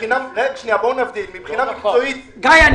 מבחינה מקצועית --- גיא,